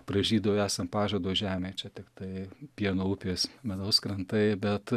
pražydo esam pažado žemė čia tiktai pieno upės medaus krantai bet